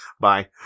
Bye